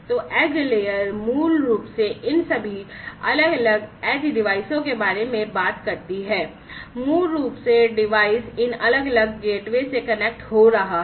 तो edge layer मूल रूप से इन सभी अलग अलग एज डिवाइसों के बारे में बात करती है मूल रूप से डिवाइस इन अलग अलग गेटवे से कनेक्ट हो रहा है